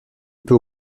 peut